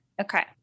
okay